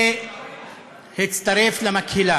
והצטרף למקהלה,